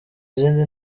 izindi